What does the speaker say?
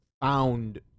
found